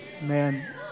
man